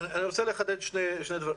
אני רוצה לחדד שני דברים.